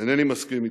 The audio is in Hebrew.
אינני מסכים אתם.